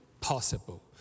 possible